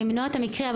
למנוע את המקרה,